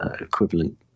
equivalent